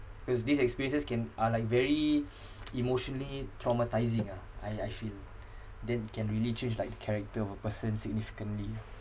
cause these experiences can are like very emotionally traumatising ah I I feel that can really change like the character of a person significantly